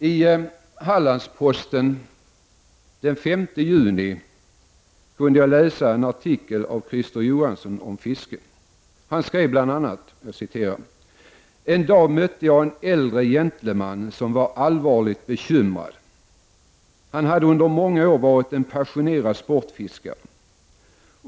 I Hallandsposten kunde jag den 5 juni läsa en artikel av Christer Johansson om fiske. Han skrev bl.a.: ”En dag mötte jag en äldre gentleman som var allvarligt bekymrad. Han hade under många år varit en passionerad sportfiskare.